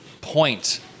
point